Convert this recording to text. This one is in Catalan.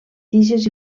tiges